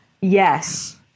Yes